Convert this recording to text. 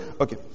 okay